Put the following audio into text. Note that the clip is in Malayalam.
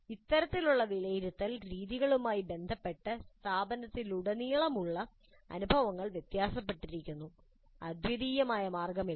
ഇത്തരത്തിലുള്ള വിലയിരുത്തൽ രീതികളുമായി ബന്ധപ്പെട്ട് സ്ഥാപനങ്ങളിലുടനീളമുള്ള അനുഭവങ്ങൾ വ്യത്യാസപ്പെട്ടിരിക്കുന്നു അദ്വിതീയ മാർഗമില്ല